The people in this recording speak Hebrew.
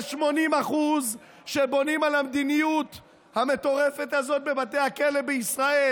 יש 80% שבונים על המדיניות המטורפת הזאת בבתי הכלא בישראל,